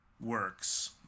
works